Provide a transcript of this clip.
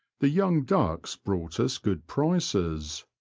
the young ducks brought us good prices,